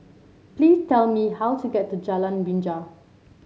please tell me how to get to Jalan Binja